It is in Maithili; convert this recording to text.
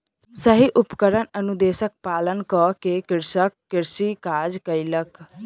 सही उपकरण अनुदेशक पालन कअ के कृषक कृषि काज कयलक